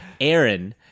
Aaron